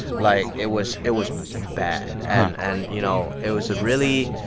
like, it was it was bad. and, and you know, it was a really